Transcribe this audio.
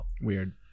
Weird